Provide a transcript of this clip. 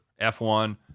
F1